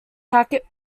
packet